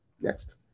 Next